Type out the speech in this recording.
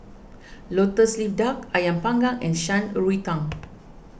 Lotus Leaf Duck Ayam Panggang and Shan Rui Tang